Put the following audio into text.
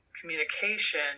communication